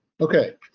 Okay